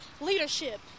leadership